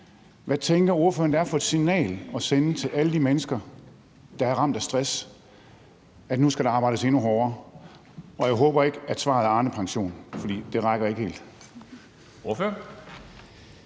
Hvad tænker ordføreren det er for et signal at sende til alle de mennesker, der er ramt af stress, at nu skal der arbejdes endnu hårdere? Og jeg håber ikke, at svaret er Arnepension, for det rækker ikke helt.